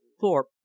Thorpe